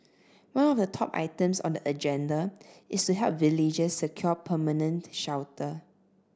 one of the top items on the agenda is to help villagers secure permanent shelter